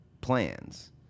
plans